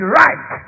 right